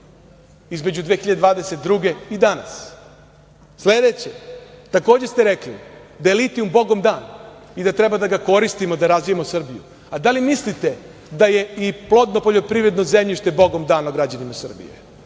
između 2022. godine i danas? Sledeće, takođe ste rekli da je litijum bogom dan i da treba da ga koristimo da razvijamo Srbiju, a da li mislite da je i plodno poljoprivredno zemljište bogom dano građanima Srbije?